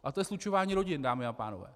A to je slučování rodin, dámy a pánové.